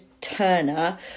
turner